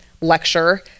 lecture